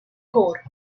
core